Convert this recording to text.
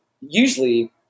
usually